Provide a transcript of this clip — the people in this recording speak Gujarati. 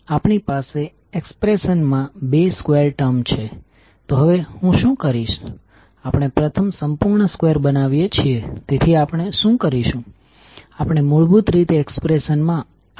ફ્લક્સ 2 જે કરંટ કોઇલ i2 દ્વારા પેદા થાય છે તેમાં ફરીથી 2 કોમ્પોનન્ટ હશે